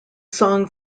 song